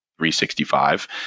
365